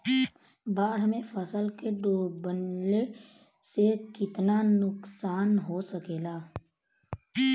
बाढ़ मे फसल के डुबले से कितना नुकसान हो सकेला?